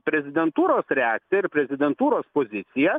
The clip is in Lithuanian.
prezidentūros reakcija ir prezidentūros pozicija